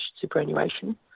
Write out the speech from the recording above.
superannuation